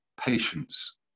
patience